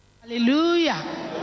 Hallelujah